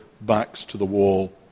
backs-to-the-wall